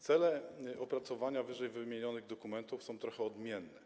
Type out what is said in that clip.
Cele opracowania ww. dokumentów są trochę odmienne.